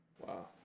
Wow